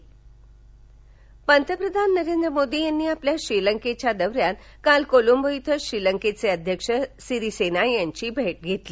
पंतप्रधान श्रीलंका पंतप्रधान नरेंद्र मोदी यांनी आपल्या श्रीलंकेच्या दौऱ्यात काल कोलंबो इथं श्रीलंकेचे अध्यक्ष सिरीसेना यांची भेट धेतली